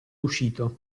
uscito